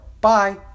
Bye